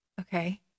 Okay